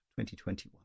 2021